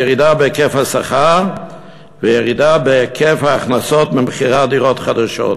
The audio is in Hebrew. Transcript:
ירידה בהיקף השכר וירידה בהיקף ההכנסות ממכירת דירות חדשות.